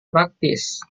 praktis